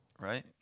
right